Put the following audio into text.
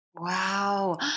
Wow